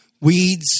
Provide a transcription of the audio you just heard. weeds